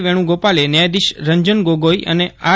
વેણુગોપાલે ન્યાયાધીશ રંજન ગોગોઈ અને આર